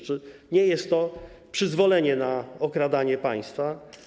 Czy nie jest to przyzwolenie na okradanie państwa?